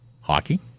hockey